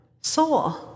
Soul